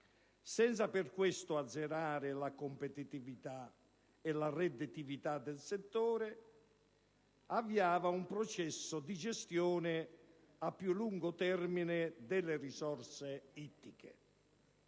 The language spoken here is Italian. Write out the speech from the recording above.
senza per questo azzerare la competitività e la redditività del settore - avviò un processo di gestione a più lungo termine delle risorse ittiche: